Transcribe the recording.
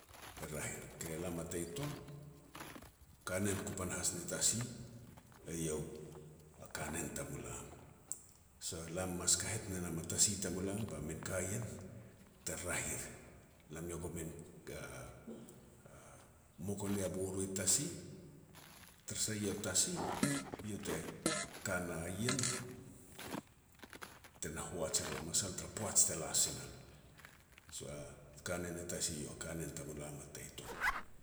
e raeh er, ke lam a tei tol, kanen ku panahas ni tasi eiau a kanen tamulam. So lam mas kahet ne nam a tasi tamulum ba min ka ien te raeh ir, lam ia goman mok o nea boro i tasi. Tara sah, eiau a tasi iau te ka na ien, te na hoaj e ru a masal tara poaj te la si nam. So a kanen ni tasi eiau a kanen tamulam a tei tol.